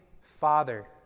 father